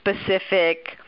specific